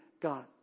God